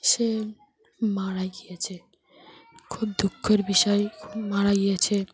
সে মারা গিয়েছে খুব দুঃখের বিষয় খুব মারা গিয়েছে